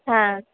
হ্যাঁ